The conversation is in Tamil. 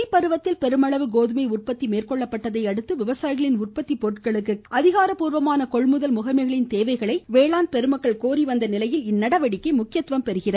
ரபி பருவத்தில் பெருமளவு கோதுமை உற்பத்தி மேற்கொள்ளப்பட்டதையடுத்து விவசாயிகளின் உற்பத்தி பொருட்களுக்கு அதிகாரப்பூர்வமான கொள்முதல் முகமைகளின் தேவைகளை வேளாண் பெருமக்கள் கோரி வந்த நிலையில் இந்நடவடிக்கை முக்கியத்துவம் பெறுகிறது